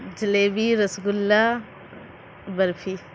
جلیبی رس گلہ برفی